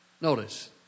Notice